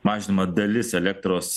mažinama dalis elektros